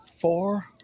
Four